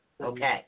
Okay